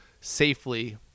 safely